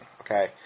Okay